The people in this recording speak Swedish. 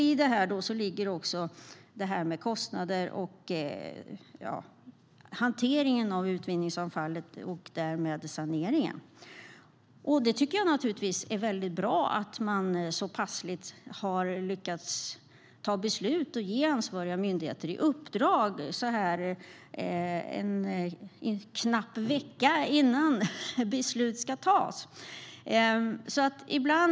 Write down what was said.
I detta ligger också det här med kostnader och hanteringen av utvinningsavfallet, och därmed saneringen. Jag tycker naturligtvis att det är väldigt bra att man så passligt har lyckats ta ett beslut och ge ansvariga myndigheter uppdrag så här en knapp vecka innan beslut ska fattas.